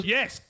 Yes